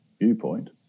viewpoint